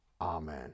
Amen